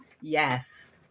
yes